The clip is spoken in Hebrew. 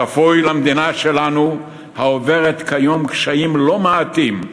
צפוי למדינה שלנו, העוברת כיום קשיים לא מעטים,